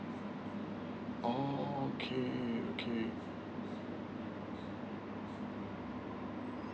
oh okay okay